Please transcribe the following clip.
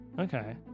Okay